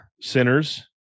sinners